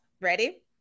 Ready